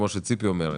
כפי שציפי אומרת,